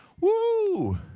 Woo